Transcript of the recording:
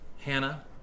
Hannah